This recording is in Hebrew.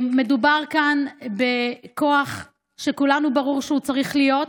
מדובר כאן בכוח שלכולנו ברור שהוא צריך להיות,